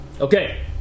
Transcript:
Okay